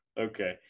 okay